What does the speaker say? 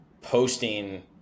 posting